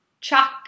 chuck